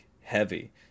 heavy